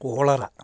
cholera